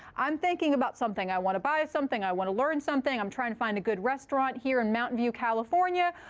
i'm thinking about something. i want to buy something. i want to learn something. i'm trying to find a good restaurant here in mountain view, california.